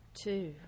two